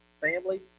family